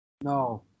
No